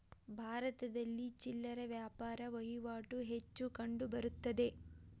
ಭಾರತದಲ್ಲಿ ಚಿಲ್ಲರೆ ವ್ಯಾಪಾರ ವಹಿವಾಟು ಹೆಚ್ಚು ಕಂಡುಬರುತ್ತದೆ